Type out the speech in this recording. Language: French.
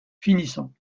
finissons